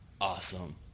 awesome